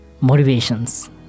motivations